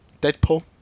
Deadpool